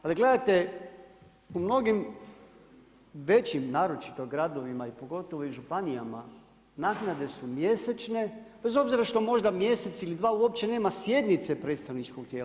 Ali, gledajte, u mnogim većim, naročito gradovima i pogotovo u županijama, naknadne su mjesečne, bez obzira što možda mjesec ili dva uopće nema sjednice predstavničkog tijela.